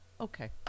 Okay